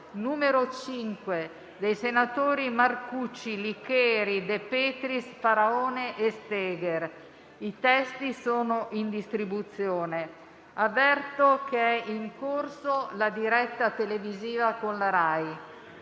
n. 5, dai senatori Marcucci, Licheri, De Petris, Faraone e Steger. I testi sono in distribuzione. Avverto che è in corso la diretta televisiva con la RAI.